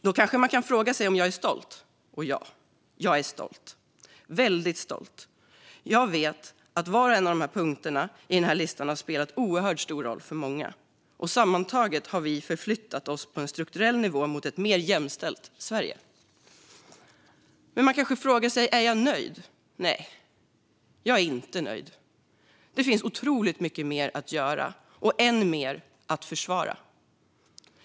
Då kanske man kan fråga sig om jag är stolt. Och ja, jag är stolt - väldigt stolt! Jag vet att var och en av punkterna i listan har spelat oerhört stor roll för många. Sammantaget har vi förflyttat oss på en strukturell nivå mot ett mer jämställt Sverige. Men man kanske också frågar sig om jag är nöjd. Nej, jag är inte nöjd. Det finns otroligt mycket mer att göra, och än mer att försvara.